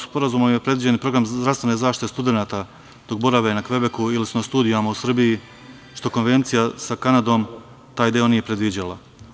Sporazumom je predviđen i program zdravstvene zaštite studenata dok borave na Kvebeku ili su na studijama u Srbiji, što konvencija sa Kanadom taj deo nije predviđala.